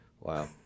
Wow